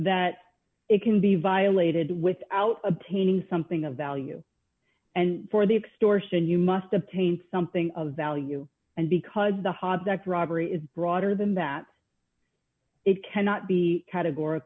that it can be violated without obtaining something of value and for the extortion you must obtain something of value and because the ha that robbery is broader than that it cannot be categor